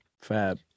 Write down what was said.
Fab